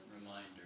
reminder